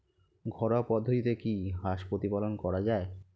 ঘরোয়া পদ্ধতিতে কি হাঁস প্রতিপালন করা যায়?